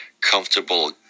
comfortable